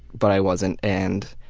but i wasn't, and